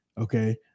okay